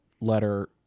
letter